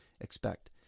expect